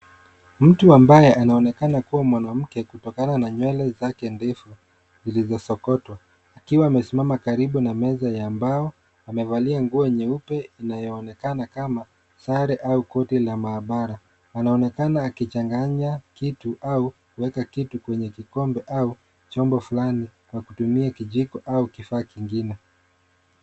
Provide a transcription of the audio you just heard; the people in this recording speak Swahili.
Mtu ambaye anaonekana kuwa mwanamke kutokana na nywele zake ndefu zilizosokotwa akiwa amesimama karibu na meza ya mbao amevalia nguo nyeupe inayoonekana kama sare au koti la maabara. Anaonekana akichanganya kitu au kuweka kitu kwenye kikombe au chombo fulani kwa kutumia kijiko au kifaa kingine.